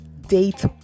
date